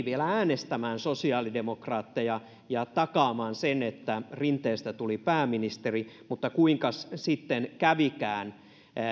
vielä äänestämään sosiaalidemokraatteja ja takaamaan sen että rinteestä tuli pääministeri mutta kuinkas sitten kävikään